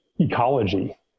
ecology